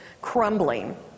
crumbling